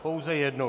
Pouze jednou.